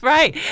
Right